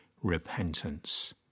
repentance